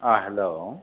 hello